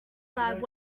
lab